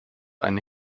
eine